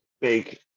big